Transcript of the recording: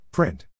Print